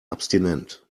abstinent